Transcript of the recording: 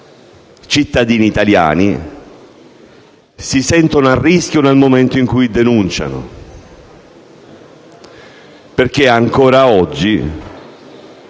cittadini italiani si sentono a rischio nel momento in cui denunciano, perché ancora oggi